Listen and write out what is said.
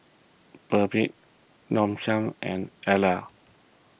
Perdix Nong Shim and Elle